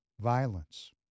violence